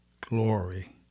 Glory